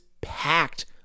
packed